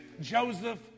Joseph